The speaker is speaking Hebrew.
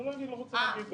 לא, אני לא רוצה להגיב גם.